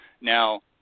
Now